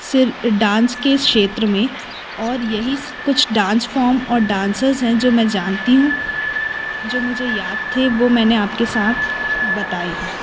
से डांस के क्षेत्र में और यही कुछ डांस फॉर्म और डांसर्स हैं जो मैं जानती हूँ जो भी मुझे याद थे वो मैंने आपके साथ बताएं हैं